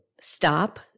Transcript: stop